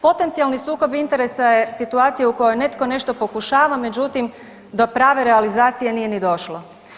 Potencijalni sukob interesa je situacija u kojoj netko nešto pokušava međutim do prave realizacije nije ni došlo.